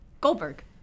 Goldberg